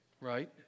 right